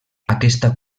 aquesta